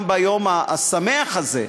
גם ביום השמח הזה,